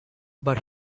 but